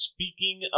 Speaking